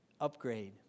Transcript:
upgrade